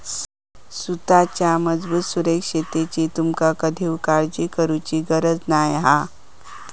सुताच्या मजबूत सुरक्षिततेची तुमका कधीव काळजी करुची गरज नाय हा